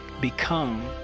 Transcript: become